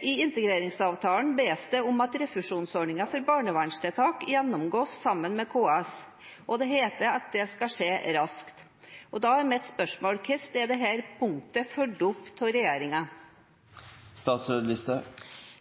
I integreringsavtalen bes det om at refusjonsordningen for barnevernstiltak gjennomgås sammen med KS, og det heter at det skal skje raskt. Da er mitt spørsmål: Hvordan er dette punktet fulgt opp av regjeringen? Når